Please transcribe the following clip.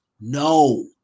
no